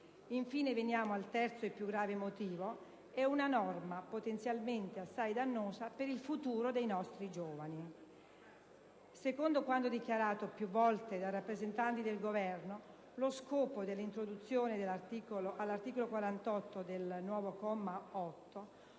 Infine, e veniamo al terzo (e più grave) motivo, è una norma potenzialmente assai dannosa per il futuro dei nostri giovani. Secondo quanto dichiarato più volte dai rappresentanti del Governo, lo scopo dell'introduzione all'articolo 48 del nuovo comma 8